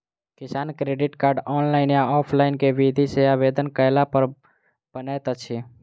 किसान credit card, online या offline केँ विधि सँ आवेदन कैला पर बनैत अछि?